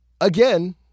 again